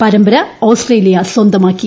പരമ്പര ഓസ്ട്രേലിയ സ്വന്തമാക്കി